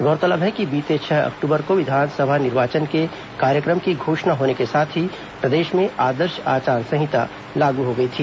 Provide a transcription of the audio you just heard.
गौरतलब है कि बीते छह अक्टूबर को विधानसभा निर्वाचन के कार्यक्रम की घोषणा होने के साथ ही प्रदेश में आदर्श आचार संहिता लागू हो गई थी